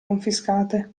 confiscate